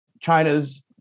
China's